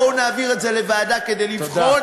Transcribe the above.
בואו נעביר את זה לוועדה כדי לבחון,